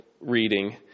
reading